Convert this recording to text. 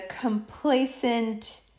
complacent